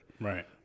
right